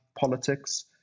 politics